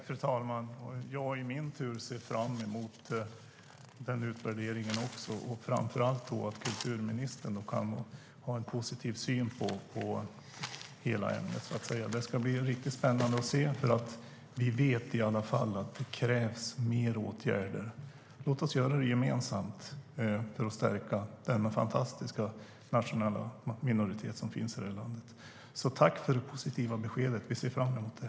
Fru talman! Jag i min tur ser också fram emot den utvärderingen, och framför allt att kulturministern kan ha en positiv syn på hela ämnet. Det ska bli riktigt spännande att se, för vi vet i alla fall att det krävs mer åtgärder. Låt oss göra det gemensamt för att stärka denna fantastiska nationella minoritet som finns här i landet! Tack för det positiva beskedet! Vi ser fram emot det.